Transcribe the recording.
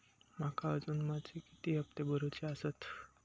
माका अजून माझे किती हप्ते भरूचे आसत?